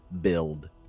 build